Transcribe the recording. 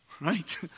Right